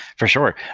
for sure.